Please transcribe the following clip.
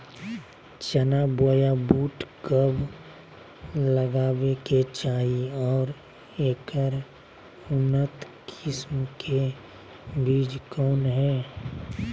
चना बोया बुट कब लगावे के चाही और ऐकर उन्नत किस्म के बिज कौन है?